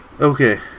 Okay